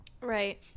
Right